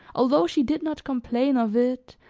although she did not complain of it,